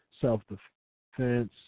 self-defense